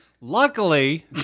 Luckily